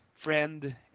friend